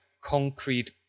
concrete